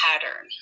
pattern